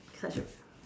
such a